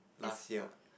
last year